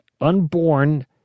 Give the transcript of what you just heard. unborn